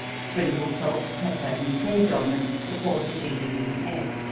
sprinkle salt, pepper, and sage on them, before dipping them in the egg,